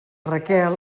raquel